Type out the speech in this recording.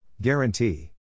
Guarantee